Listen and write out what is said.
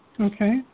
Okay